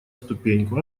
ступеньку